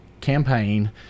campaign